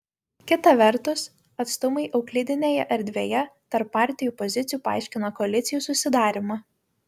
kita vertus atstumai euklidinėje erdvėje tarp partijų pozicijų paaiškina koalicijų susidarymą